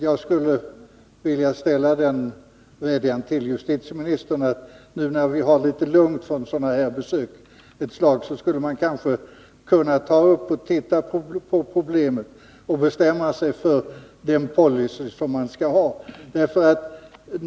Jag skulle vilja rikta en vädjan till justitieministern om att man — nu när vi har det lite lugnare och inte på ett tag kommer att ha sådana här besök — tar upp och tittar på problemet och bestämmer sig för vilken policy man skall ha.